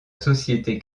société